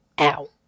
Ow